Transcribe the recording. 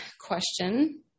question